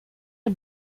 her